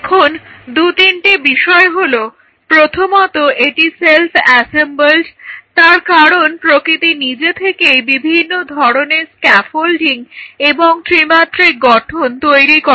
এখন দুতিনটে বিষয় হলো প্রথমত এটি সেলফ অ্যাসেম্বলড তার কারণ প্রকৃতি নিজে থেকেই বিভিন্ন ধরনের স্ক্যাফোল্ডিং এবং ত্রিমাত্রিক গঠন তৈরি করে